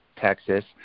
Texas